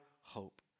hope